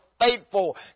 faithful